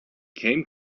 came